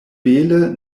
bele